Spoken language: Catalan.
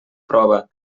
prova